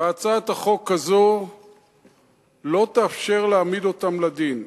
והצעת החוק הזו לא תאפשר להעמיד אותם לדין.